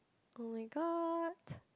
oh-my-god